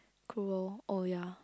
cruel oh ya